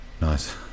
Nice